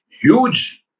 huge